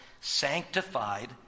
sanctified